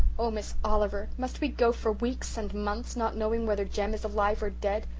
oh, miss oliver must we go for weeks and months not knowing whether jem is alive or dead?